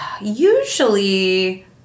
usually